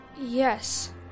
Yes